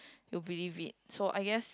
you believe it so I guess